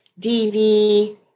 DV